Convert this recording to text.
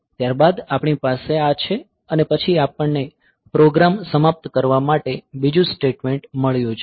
ત્યારબાદ આપણી પાસે આ છે અને પછી આપણને પ્રોગ્રામ સમાપ્ત કરવા માટે બીજું સ્ટેટમેંટ મળ્યું છે